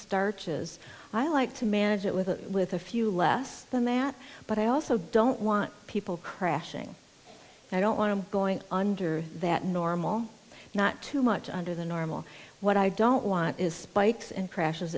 starches i like to manage it with with a few less than that but i also don't want people crashing i don't want to going under that normal not too much under the normal what i don't want is spikes and crashes